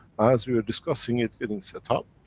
as we were discussing it getting set up,